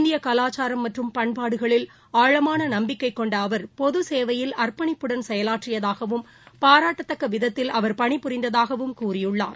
இந்திய கவாச்சாரம் மற்றும் பண்பாடுகளில் ஆழமான நம்பிக்கை கொண்ட அவர் பொது சேவையில் அற்ப்பணிப்புடன் செயலாற்றியதாகவும் பாராட்டத்தக்க விதத்தில் பணி புரிந்ததாகவும் கூறியுள்ளார்